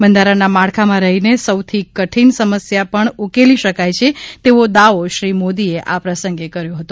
બંધારણના માળખામાં રહીને સૌથી કઠીન સમસ્યા પણ ઉકેલી શકાય છે તેવો દાવો શ્રી મોદીએ આ પ્રસંગે કર્યો હતો